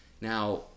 Now